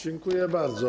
Dziękuję bardzo.